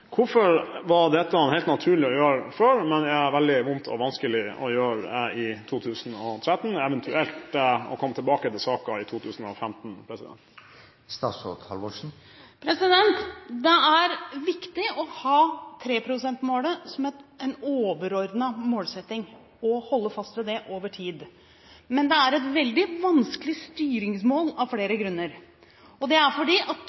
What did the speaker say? Hvorfor var dette helt naturlig å gjøre før, men er veldig vondt og vanskelig å gjøre i 2013 – eventuelt å komme tilbake til saken i 2015? Det er viktig å ha 3 pst.-målet som en overordnet målsetting og holde fast ved det over tid, men det er et veldig vanskelig styringsmål av flere grunner. Det er fordi at